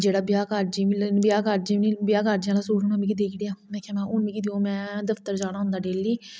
जेहड़ा ब्याह कारजे आहले सूट नेईं मिगी देऔ में दफ्तर जाना होंदा डेली